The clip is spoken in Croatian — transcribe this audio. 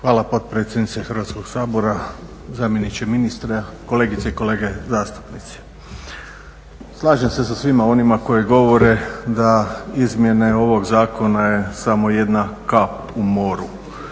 Hvala potpredsjednice Hrvatskoga sabora, zamjeniče ministra, kolegice i kolege zastupnici. Slažem se sa svima onima koji govore da izmjene ovog zakona je samo jedna kap u moru.